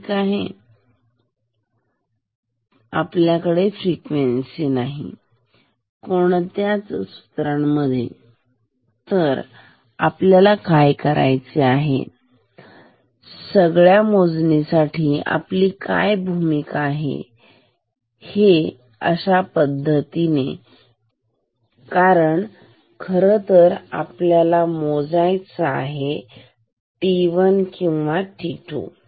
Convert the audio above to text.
ठीक आपल्याकडे आहे आपल्याकडेही फ्रिक्वेन्सी नाही कोणत्याच सूत्रांमध्ये तर आपल्याकडे काय आहे या सगळ्या मोजणीसाठी आपली काय भूमिका आहे हो अशा पद्धतीने कारण खरं तर आपल्याला मोजायचा आहे ती t1 किंवा t2